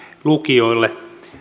lukioille